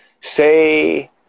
Say